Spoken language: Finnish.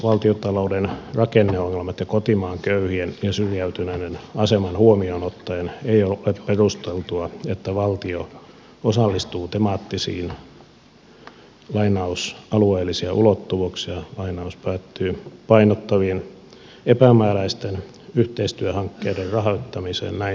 valtiontalouden rakenneongelmat ja kotimaan köyhien ja syrjäytyneiden asema huomioon ottaen ei ole perusteltua että valtio osallistuu temaattisten alueellisia ulottuvuuksia painottavien epämääräisten yhteistyöhankkeiden rahoittamiseen näin suurilla määrärahoilla